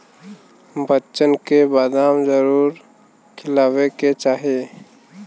बच्चन के बदाम जरूर खियावे के चाही